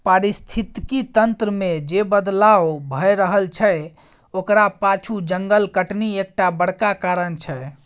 पारिस्थितिकी तंत्र मे जे बदलाव भए रहल छै ओकरा पाछु जंगल कटनी एकटा बड़का कारण छै